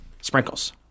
Sprinkles